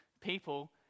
people